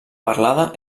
parlada